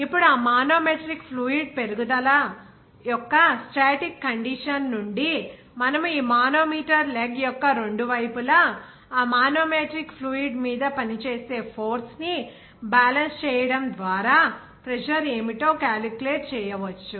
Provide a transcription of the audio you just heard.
ఇప్పుడు ఆ manometric fluid పెరుగుదల యొక్క స్టాటిక్ కండిషన్ నుండి మనము మానోమీటర్ లెగ్ యొక్క రెండు వైపులా ఆ మానోమెట్రిక్ ఫ్లూయిడ్ మీద పనిచేసే ఫోర్స్ ని బ్యాలెన్స్ చేయడం ద్వారా ప్రెజర్ ఏమిటో క్యాలిక్యులేట్ చేయవచ్చు